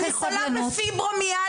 אני חולה בפיברומיאלגיה.